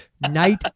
Night